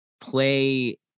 play